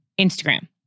Instagram